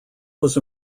was